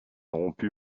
rompue